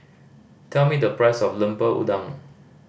tell me the price of Lemper Udang